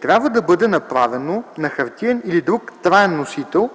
трябва да бъде направено на хартиен или друг траен носител,